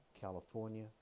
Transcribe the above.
California